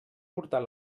portar